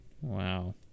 wow